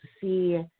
see